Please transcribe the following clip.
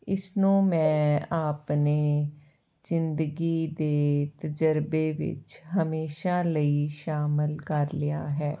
ਇਸ ਨੂੰ ਮੈਂ ਆਪਣੇ ਜ਼ਿੰਦਦਗੀ ਦੇ ਤਜ਼ਰਬੇ ਵਿੱਚ ਹਮੇਸ਼ਾਂ ਲਈ ਸ਼ਾਮਿਲ ਕਰ ਲਿਆ ਹੈ